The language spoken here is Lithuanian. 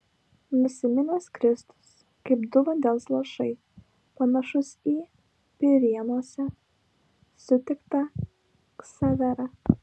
nusiminęs kristus kaip du vandens lašai panašus į pirėnuose sutiktą ksaverą